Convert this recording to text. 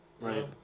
right